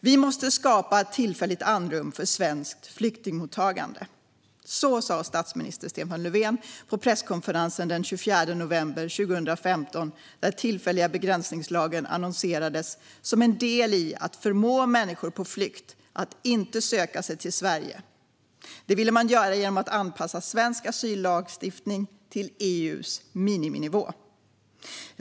Vi måste skapa ett tillfälligt andrum för svenskt flyktingmottagande, sa statsminister Stefan Löfven på presskonferensen den 24 november 2015, där den tillfälliga begränsningslagen annonserades som en del i att förmå människor på flykt att inte söka sig till Sverige. Det ville man göra genom att anpassa svensk asyllagstiftning till EU:s miniminivå.